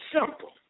simple